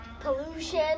pollution